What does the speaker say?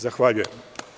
Zahvaljujem.